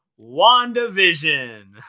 wandavision